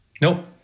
Nope